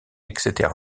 etc